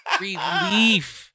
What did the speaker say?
relief